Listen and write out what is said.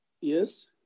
Yes